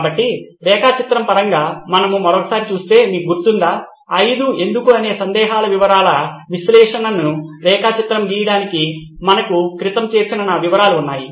కాబట్టి రేఖా చిత్రం పరంగా మనం మరోసారి చూస్తే మీకు గుర్తుందా 5 ఎందుకు అనే సందేహాల వివరాల విశ్లేషణను రేఖా చిత్రం చేయడానికి మనకు క్రితము చేసిన నా వివరాలు ఉన్నాయి